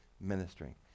Ministering